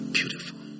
beautiful